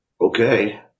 Okay